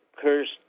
cursed